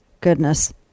goodness